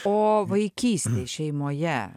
o vaikystėj šeimoje